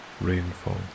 rainfall